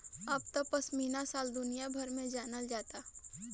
अब त पश्मीना शाल दुनिया भर में जानल जाता